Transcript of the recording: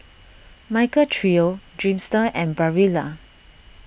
Michael Trio Dreamster and Barilla